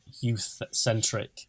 youth-centric